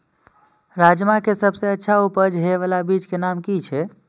राजमा के सबसे अच्छा उपज हे वाला बीज के नाम की छे?